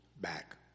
back